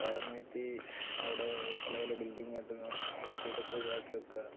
പാടം നികത്തി അവിടെ പല പല ബിൽഡിങ്ങ് കെട്ടുന്നതും അങ്ങനത്തെ ഇതൊക്കെ ഒഴിവാക്കിവയ്ക്കുക